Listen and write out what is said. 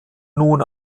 nun